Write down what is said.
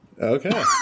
Okay